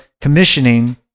commissioning